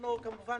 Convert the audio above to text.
אנחנו כמובן